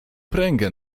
pręgę